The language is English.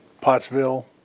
Pottsville